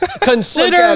consider